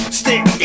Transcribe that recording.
stick